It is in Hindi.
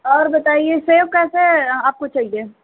और बताइए सेब कर दें आपको चाहिए